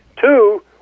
Two